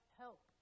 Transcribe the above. help